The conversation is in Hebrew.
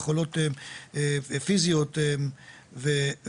יכולות פיזיות ועוד,